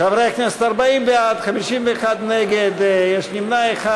חברי הכנסת, 40 בעד, 51 נגד, יש נמנע אחד.